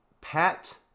Pat